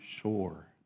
shore